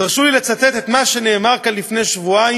תרשו לי לצטט את מה שנאמר כאן לפני שבועיים,